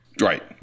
Right